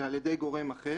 אלא על ידי גורם אחר.